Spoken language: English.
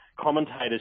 commentators